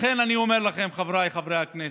לכן אני אומר לכם, חבריי חברי הכנסת,